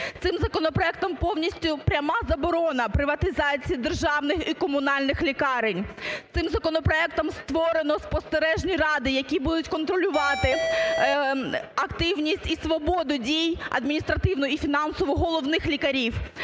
Цим законопроектом повністю пряма заборона приватизації державних і комунальних лікарень, цим законопроектом створено спостережні ради, які будуть контролювати активність і свободу дій, адміністративну і фінансову, головних лікарів.